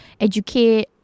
educate